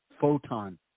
Photon